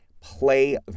Play